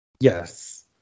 Yes